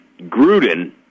Gruden